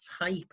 type